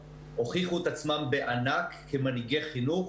הוכיחו את עצמם בענק כמנהיגי חינוך.